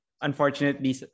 Unfortunately